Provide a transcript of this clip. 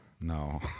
No